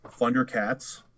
Thundercats